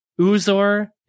Uzor